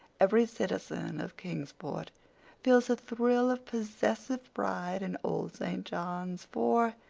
every citizen of kingsport feels a thrill of possessive pride in old st. john's, for,